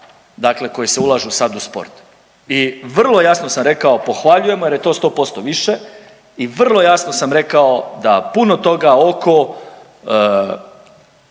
dakle koji se ulažu sada u sport. I vrlo jasno sam rekao pohvaljujemo jer je to 100% više i vrlo jasno sam rekao da puno toga oko